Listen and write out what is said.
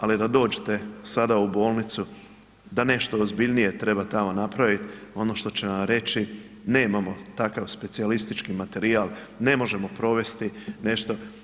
Ali da dođete sada u bolnicu da nešto ozbiljnije treba tamo napraviti ono što će vam reći, nemamo takav specijalistički materijal, ne možemo provesti nešto.